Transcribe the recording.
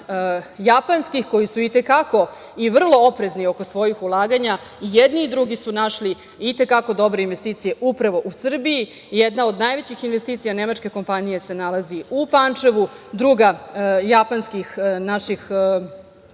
japanskih koji su i te kako i vrlo oprezni oko svojih ulaganja jedni i drugi su našli i te kako dobre investicije upravo u Srbiji. Jedna od najvećih investicija nemačke kompanije se nalazi u Pančevu, druga japanskih naših